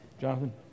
Jonathan